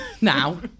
Now